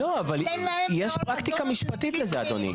לא, אבל יש פרקטיקה משפטית לזה, אדוני.